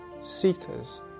seekers